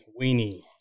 weenie